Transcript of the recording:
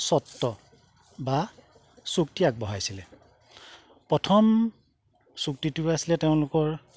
চৰ্ত বা চুক্তি আগবঢ়াইছিলে প্ৰথম চুক্তিটোৱে আছিলে তেওঁলোকৰ